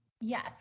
Yes